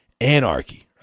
anarchy